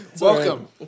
Welcome